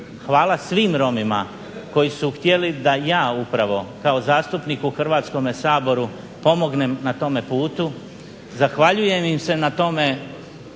Hvala svim Romima koji su htjeli da ja upravo kao zastupnik u Hrvatskome saboru pomognem na tome putu, zahvaljujem im se na tome